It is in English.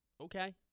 Okay